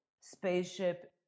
spaceship